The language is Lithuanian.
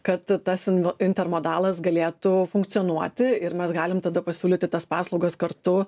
kad tas in intermodalas galėtų funkcionuoti ir mes galim tada pasiūlyti tas paslaugas kartu